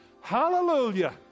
Hallelujah